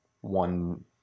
one